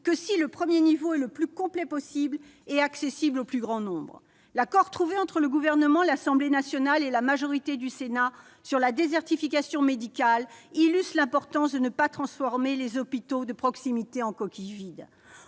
que si le premier niveau est le plus complet possible et accessible au plus grand nombre. L'accord trouvé entre le Gouvernement, l'Assemblée nationale et la majorité du Sénat sur la désertification médicale illustre l'importance de ne pas transformer les hôpitaux de proximité en coquilles vides.